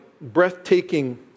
breathtaking